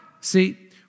see